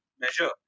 measure